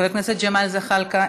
חבר הכנסת ג'מאל זחאלקה,